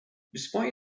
despite